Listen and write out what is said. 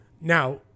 now